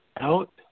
out